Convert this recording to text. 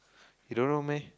you don't know meh